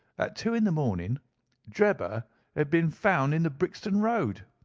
at two in the morning drebber had been found in the brixton road.